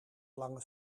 lange